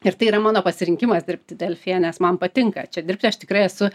ir tai yra mano pasirinkimas dirbti delfyje nes man patinka čia dirbti aš tikrai esu